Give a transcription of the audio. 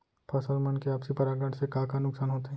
फसल मन के आपसी परागण से का का नुकसान होथे?